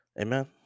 Amen